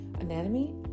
anatomy